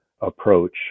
approach